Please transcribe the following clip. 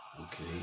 Okay